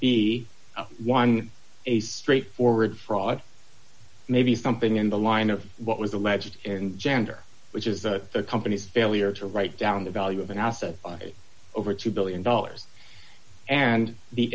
be one a straightforward fraud maybe something in the line of what was alleged in gender which is a company's failure to write down the value of an asset over two billion dollars and the